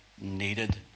needed